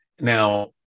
Now